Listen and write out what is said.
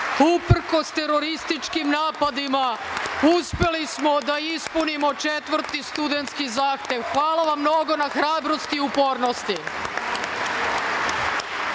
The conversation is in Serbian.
uprkos terorističkim napadima, uspeli smo da ispunimo četvrti studentski zahtev. Hvala vam mnogo hrabrosti i upornosti. Idemo